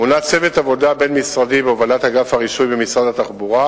מונה צוות עבודה בין-משרדי בהובלת אגף הרישוי במשרד התחבורה,